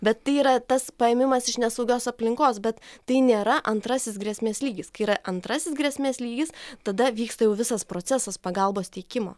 bet tai yra tas paėmimas iš nesaugios aplinkos bet tai nėra antrasis grėsmės lygis kai yra antrasis grėsmės lygis tada vyksta jau visas procesas pagalbos teikimo